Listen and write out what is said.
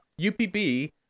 UPB